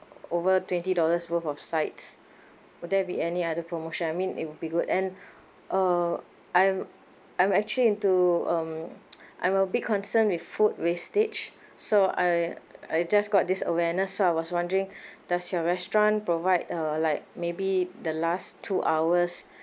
over twenty dollars worth of sides would there be any other promotion I mean it would be good and uh I'm I'm actually into um I'm a bit concern with food wastage so I I just got this awareness so I was wondering does your restaurant provide uh like maybe the last two hours